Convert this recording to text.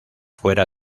fuera